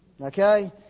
Okay